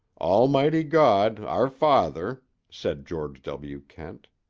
almighty god, our father said george w. kent.